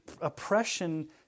oppression